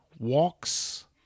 walks